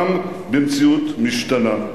גם במציאות משתנה.